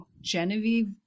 Genevieve